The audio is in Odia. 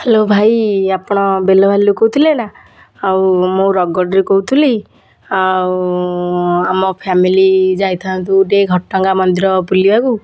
ହାଲୋ ଭାଇ ଆପଣ ବେଲଭାଲରୁ କହୁଥିଲେ ନା ଆଉ ମୁଁ ରଗଡ଼ିରୁ କହୁଥିଲି ଆଉ ଆମ ଫ୍ୟାମିଲି ଯାଇଥାନ୍ତୁ ଟିକେ ଘଟଗାଁ ମନ୍ଦିର ବୁଲିବାକୁ